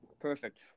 Perfect